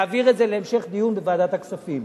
להעביר את זה להמשך דיון בוועדת הכספים.